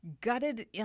gutted